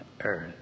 earth